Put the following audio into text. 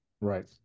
right